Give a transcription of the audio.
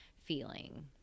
feeling